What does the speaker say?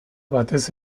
batez